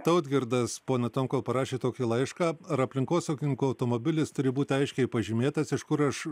tautgirdas pone tomkau parašė tokį laišką ar aplinkosaugininkų automobilis turi būti aiškiai pažymėtas iš kur aš